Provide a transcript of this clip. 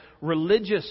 religious